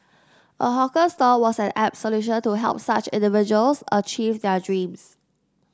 a hawker stall was an apt solution to help such individuals achieve their dreams